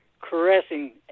Caressing